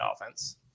offense